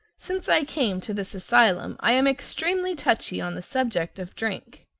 since i came to this asylum i am extremely touchy on the subject of drink.